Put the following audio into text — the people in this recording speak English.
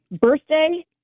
birthday